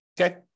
Okay